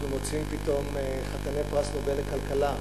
אנחנו מוצאים פתאום חתני פרס נובל לכלכלה,